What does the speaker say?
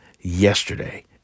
yesterday